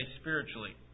spiritually